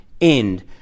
end